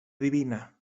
divina